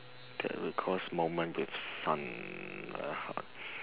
that would cost moment with